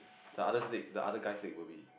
the other's leg the other guy's leg will be